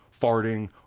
farting